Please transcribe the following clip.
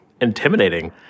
intimidating